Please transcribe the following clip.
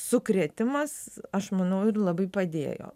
sukrėtimas aš manau ir labai padėjo